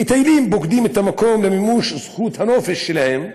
מטיילים פוקדים את המקום למימוש זכות הנופש שלהם.